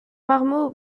marmont